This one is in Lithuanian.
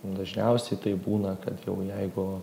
dažniausiai tai būna kad jau jeigu